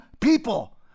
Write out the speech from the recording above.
people